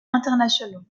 internationaux